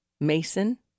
Mason